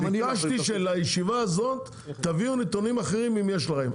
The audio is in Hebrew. ביקשתי שלישיבה הזאת תביאו נתונים אחרים אם יש לכם.